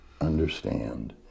Understand